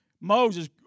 Moses